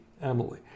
Emily